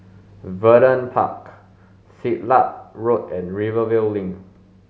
Vernon Park Siglap Road and Rivervale Link